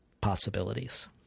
possibilities